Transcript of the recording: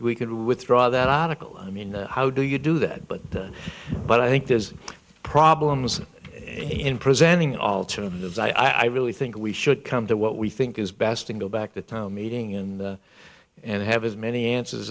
audible i mean how do you do that but but i think there's problems in presenting alternatives i really think we should come to what we think is best and go back to town meeting and and have as many answers